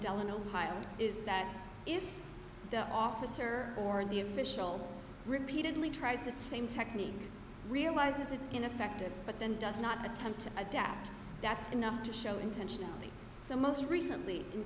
delano highland is that if the officer or the official repeatedly tries the same technique realizes it's ineffective but then does not attempt to adapt that's enough to show intentionally so most recently